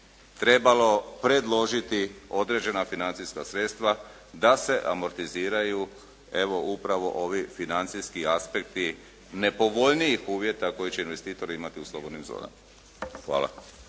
trebalo predložiti određena financijska sredstva da se amortiziraju, evo upravo ovi financijski aspekti nepovoljnijih uvjeta koji će investitori imati u slobodnim zonama. Hvala.